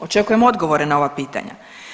Očekujem odgovore na ova pitanja.